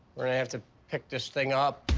we're gonna have to pick this thing up.